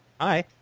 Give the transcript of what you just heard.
Hi